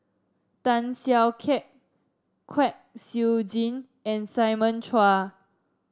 Tan Siak Kew Kwek Siew Jin and Simon Chua